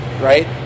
right